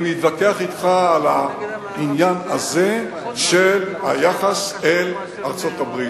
אני מתווכח אתך על העניין הזה של היחס אל ארצות-הברית,